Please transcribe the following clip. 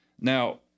Now